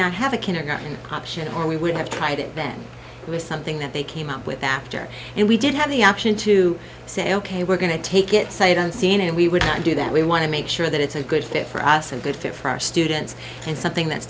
not have a kindergarten option or we would have tried it then it was something that they came up with that after and we did have the option to say ok we're going to take it sight unseen and we would not do that we want to make sure that it's a good fit for us and good for our students and something that's